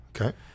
Okay